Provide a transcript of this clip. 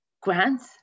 grants